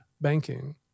banking